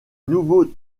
nouveau